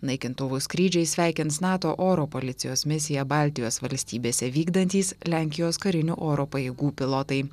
naikintuvų skrydžiai sveikins nato oro policijos misiją baltijos valstybėse vykdantys lenkijos karinių oro pajėgų pilotai